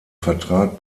vertrag